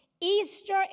Easter